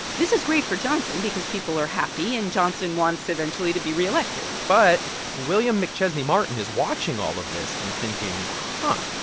this is great for johnson because people are happy, and johnson wants, eventually, to be re-elected but william mcchesney martin is watching all of this and thinking, huh.